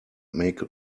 make